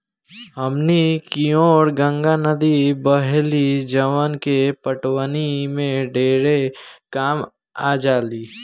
हमनी कियोर गंगा नद्दी बहेली जवन की पटवनी में ढेरे कामे आजाली